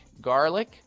garlic